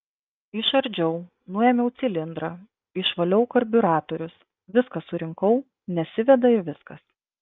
išardžiau nuėmiau cilindrą išvaliau karbiuratorius viską surinkau nesiveda ir viskas